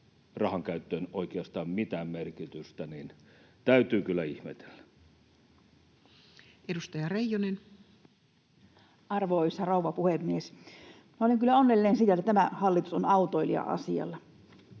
rahankäyttöön oikeastaan mitään merkitystä, täytyy kyllä ihmetellä. Edustaja Reijonen. Arvoisa rouva puhemies! Minä olen kyllä onnellinen sikäli, että tämä hallitus on autoilijan asialla.